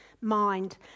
mind